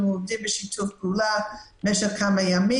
אנחנו עובדים בשיתוף פעולה במשך כמה ימים,